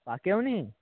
পাকেওনি